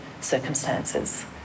circumstances